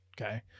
Okay